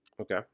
Okay